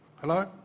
Hello